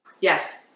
Yes